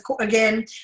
again